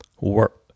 work